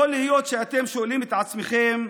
יכול להיות שאתם שואלים את עצמכם: